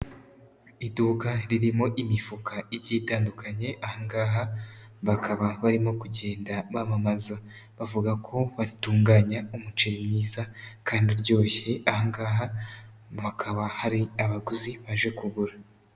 Iduka ririmo imifuka igiye itandukanye, aha ngaha bakaba barimo kugenda bamamaza, bavuga ko batunganya umuceri mwiza kandi uryoshye, aha ngaha hakaba hari abaguzi baje kugura.